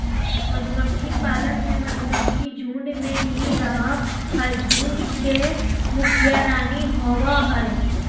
मधुमक्खी पालन में मधुमक्खी झुंड में ही रहअ हई, झुंड के मुखिया रानी होवअ हई